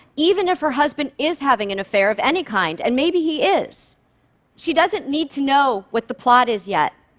even if her husband is having an affair of any kind and maybe he is she doesn't need to know what the plot is yet.